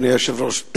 אדוני היושב-ראש,